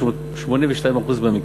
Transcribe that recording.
ב-82%.